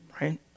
right